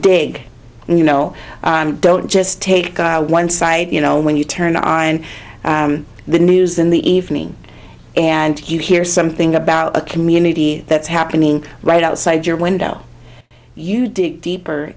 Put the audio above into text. and you know don't just take one side you know when you turn on the news in the evening and you hear something about a community that's happening right outside your window you dig deeper